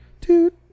dude